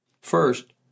First